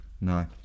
no